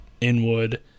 Inwood